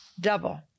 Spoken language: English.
Double